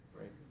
right